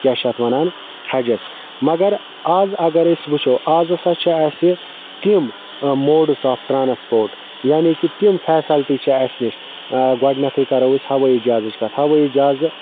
کیاہ چھِ اتھ وَنان حَجَس مگر آز اَگر أسۍ وٕچھو آز ہَسا چھِ اَسہِ تِم موڈس آف ٹرانسپوٹ یعنے کہِ تِم فیسَلٹی چھِ اَسہِ نِش گۄڈنیٚتھٕے کَرَو أسۍ ہَوایی جَہازٕچ کتھ ہَوایی جَہاز